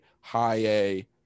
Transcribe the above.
high-A